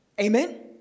Amen